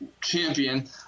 champion